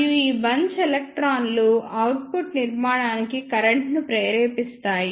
మరియు ఈ బంచ్ ఎలక్ట్రాన్లు అవుట్పుట్ నిర్మాణానికి కరెంట్ ను ప్రేరేపిస్తాయి